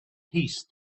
peace